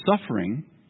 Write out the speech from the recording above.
suffering